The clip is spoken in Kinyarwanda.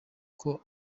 uko